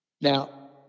Now